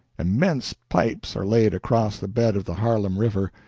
immense pipes are laid across the bed of the harlem river,